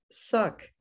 suck